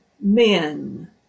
men